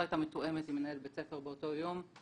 לא הייתה מתואמת עם מנהל בית ספר באותו יום.